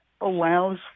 allows